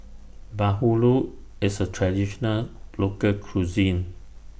Bahulu IS A Traditional Local Cuisine